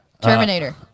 Terminator